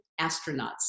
astronauts